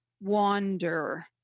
wander